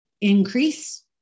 increase